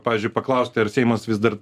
pavyzdžiui paklausti ar seimas vis dar